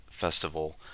festival